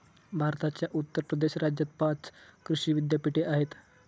भारताच्या उत्तर प्रदेश राज्यात पाच कृषी विद्यापीठे आहेत